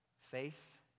Faith